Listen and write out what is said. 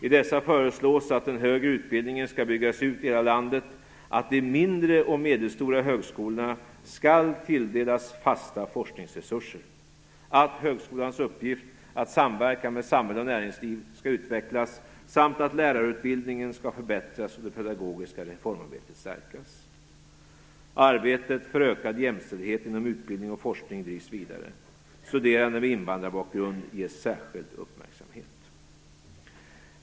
I dessa föreslås att den högre utbildningen skall byggas ut i hela landet, att de mindre och medelstora högskolorna skall tilldelas fasta forskningsresurser, att högskolans uppgift att samverka med samhälle och näringsliv skall utvecklas samt att lärarutbildningen skall förbättras och det pedagogiska reformarbetet stärkas. Arbetet för ökad jämställdhet inom utbildning och forskning drivs vidare. Studerande med invandrarbakgrund ges särskild uppmärksamhet.